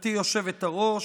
גברתי היושבת-ראש,